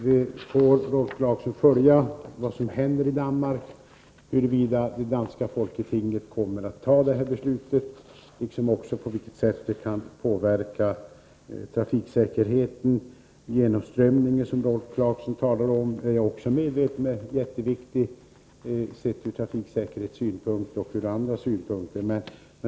Vi får följa vad som händer i Danmark och se huruvida det danska folketinget kommer att fatta detta beslut liksom på vilket sätt det kan påverka trafiksäkerheten. Jag är också medveten om att genomströmmningen, som Rolf Clarkson talade om, är mycket viktig, sedd från trafiksäkerhetssynpunkt och andra synpunkter.